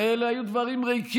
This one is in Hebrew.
הרי אלה היו דברים ריקים,